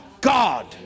God